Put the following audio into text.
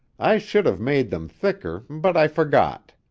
i should've made them thicker, but i forgot.